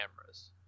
cameras